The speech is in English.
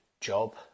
job